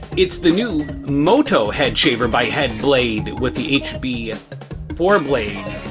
it's the new moto head shaver by headblade with the h b four blades,